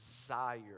desire